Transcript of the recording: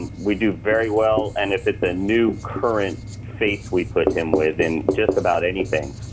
we do very well and if it's a new current face we put him with, and just about anything.